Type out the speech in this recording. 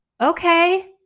Okay